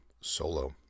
solo